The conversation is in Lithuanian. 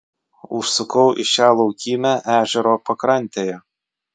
užsukau į šią laukymę ežero pakrantėje